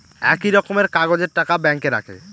একই রকমের কাগজের টাকা ব্যাঙ্কে রাখে